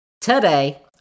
today